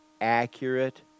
accurate